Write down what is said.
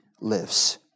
lives